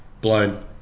blown